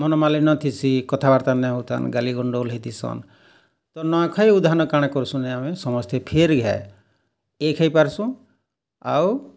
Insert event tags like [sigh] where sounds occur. ମନମାଳୀନ ଥିଷୀ କଥାବାର୍ତ୍ତା ନାଇ ହଉଥନ୍ ଗାଲିଗଣ୍ଡଗୋଲ୍ ହଉଥିସନ୍ ତ ନୂଆଖାଇ [unintelligible] କାଣା କରସୁଁ ଯେ ଆମେ ସମସ୍ତେ [unintelligible] ଏକ ହେଇପାରଷୁଁ ଆଉ